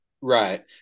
Right